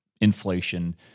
inflation